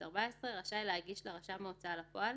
69ב14 רשאי להגיש לרשם ההוצאה לפועל